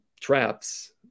traps